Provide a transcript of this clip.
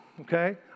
okay